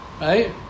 right